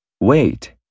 wait